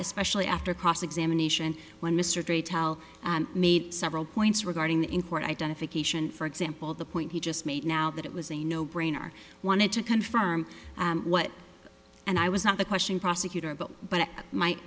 especially after cross examination when mr gray tell made several points regarding that in court identification for example the point he just made now that it was a no brainer wanted to confirm what and i was not the question prosecutor but but